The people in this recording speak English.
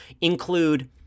include